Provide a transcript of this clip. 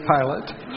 pilot